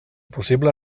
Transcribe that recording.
possible